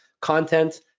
content